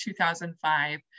2005